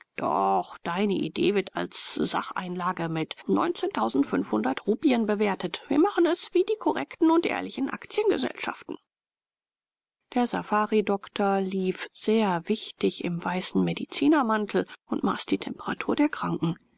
doch deine idee wird als sacheinlage mit rupien bewertet wir machen es wie die korrekten und ehrlichen aktiengesellschaften der safaridoktor lief sehr wichtig im weißen medizinermantel und maß die temperatur der kranken